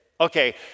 Okay